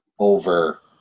over –